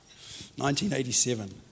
1987